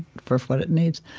for what it needs.